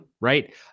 right